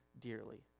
dearly